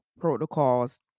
protocols